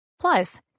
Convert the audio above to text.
Plus